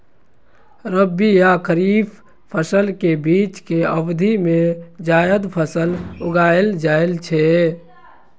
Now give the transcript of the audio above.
रबी आ खरीफ फसल के बीच के अवधि मे जायद फसल उगाएल जाइ छै